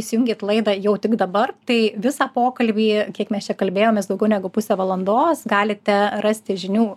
įsijungėt laidą jau tik dabar tai visą pokalbį kiek mes čia kalbėjomės daugiau negu pusę valandos galite rasti žinių